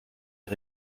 est